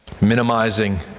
minimizing